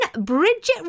Bridget